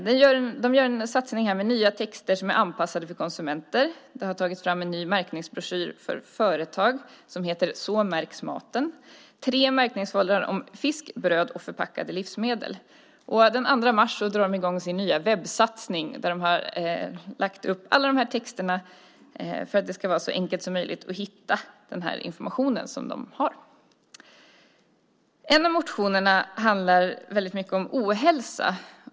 De gör nu en satsning med nya texter som är anpassade för konsumenter. Det har tagits fram en ny märkningsbroschyr för företag som heter Så märks maten samt tre märkningsfoldrar om fisk, bröd och förpackade livsmedel. Den 2 mars drar de i gång sin nya webbsatsning där alla dessa texter finns upplagda för att det ska vara så enkelt som möjligt att hitta denna information. En av motionerna handlar om ohälsa.